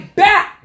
back